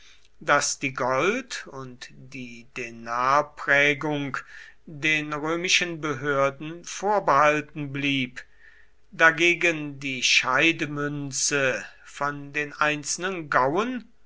daß die gold und die denarprägung den römischen behörden vorbehalten blieb dagegen die scheidemünze von den einzelnen gauen